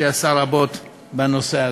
שעשה רבות בנושא הזה.